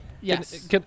Yes